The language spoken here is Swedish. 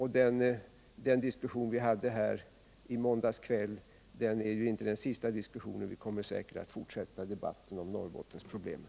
Den diskussion som vi hade i måndags kväll är ju inte den sista. Vi kommer säkert att fortsätta debatten om Norrbottensproblemen.